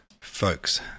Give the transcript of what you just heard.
Folks